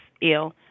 ill